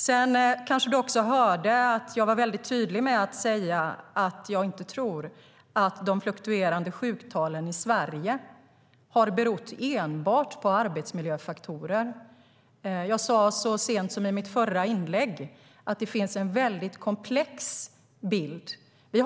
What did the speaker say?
Sedan kanske du hörde att jag var väldigt tydlig med att säga att jag inte tror att de fluktuerande sjuktalen i Sverige enbart har berott på arbetsmiljöfaktorer. Jag sa så sent som i mitt förra inlägg att det finns en väldigt komplex bild.